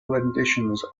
renditions